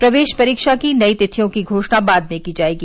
प्रवेश परीक्षा की नई तिथियों की घोषणा बाद में की जाएगी